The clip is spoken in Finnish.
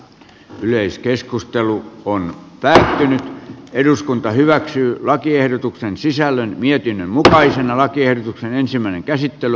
yleiskeskustelu on että eduskunta hyväksyy lakiehdotuksen sisällön mietin mutaisen lakiehdotuksen tekemää työtä